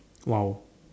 !wow!